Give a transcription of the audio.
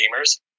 gamers